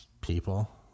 people